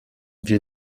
wir